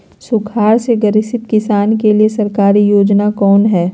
सुखाड़ से ग्रसित किसान के लिए सरकारी योजना कौन हय?